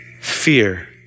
Fear